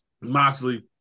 Moxley